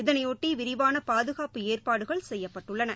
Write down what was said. இதனையொட்டிவிரிவானபாதுகாப்பு ஏற்பாடுகள் செய்யப்பட்டுள்ளன